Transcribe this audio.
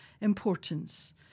importance